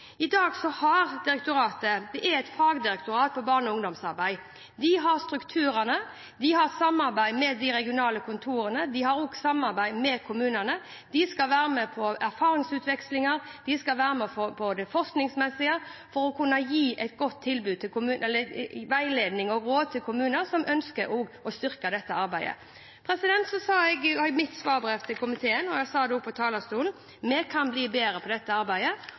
I dag er det et fagdirektorat for barne- og ungdomsarbeid. De har strukturene, de har et samarbeid med de regionale kontorene, og de har også et samarbeid med kommunene. De skal være med på både erfaringsutveksling og det forskningsmessige for å kunne gi veiledning og råd til kommuner som ønsker å styrke dette arbeidet. Jeg sa både i mitt svarbrev til komiteen og fra talerstolen at vi kan bli bedre på dette arbeidet.